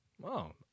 Wow